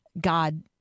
God